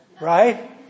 Right